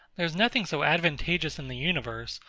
there is nothing so advantageous in the universe,